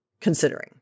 considering